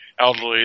elderly